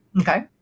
Okay